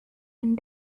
and